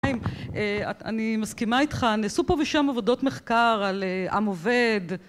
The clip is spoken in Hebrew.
אני מסכימה איתך, נעשו פה ושם עבודות מחקר על עם עובד..